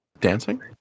Dancing